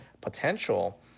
potential